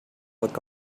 look